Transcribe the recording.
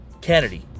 Kennedy